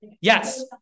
yes